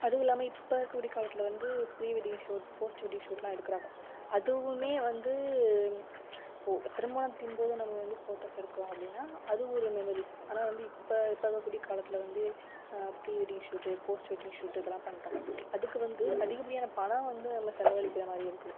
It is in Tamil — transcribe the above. அதுவும் இல்லாமல் இப்போ இருக்கக்கூடிய காலத்தில் வந்து pre wedding shoot post wedding ஷூட்லாம் எடுக்கிறாங்க அதுவுமே வந்து இப்போது திருமணத்தின் போது நம்ம வந்து ஃபோட்டோஸ் எடுக்கிறோம் அப்படின்னா அது ஒரு மெமரிஸ் ஆனால் வந்து இப்போ இப்போ இருக்கக்கூடிய காலத்தில் வந்து pre wedding shoot post wedding shoot இதெல்லாம் பண்ணுறாங்க அதுக்கு வந்து அதிகப்படியான பணம் வந்து நம்ம செலவழிக்கிற மாதிரி இருக்குது